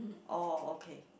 oh okay